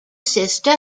sister